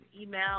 Email